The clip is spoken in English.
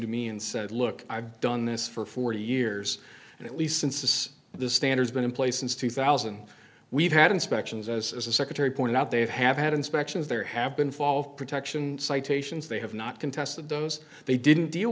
to me and said look i've done this for forty years and at least since this is the standards been in place since two thousand we've had inspections as the secretary pointed out they've have had inspections there have been fall of protection citations they have not contested those they didn't deal